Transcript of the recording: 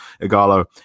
Igalo